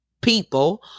people